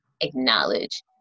acknowledge